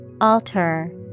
Alter